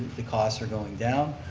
the costs are going down.